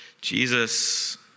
Jesus